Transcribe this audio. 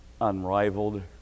Unrivaled